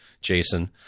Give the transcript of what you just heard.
Jason